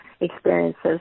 experiences